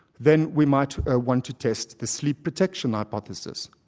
then we might ah want to test the sleep protection hypothesis.